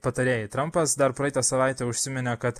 patarėjai trampas dar praeitą savaitę užsiminė kad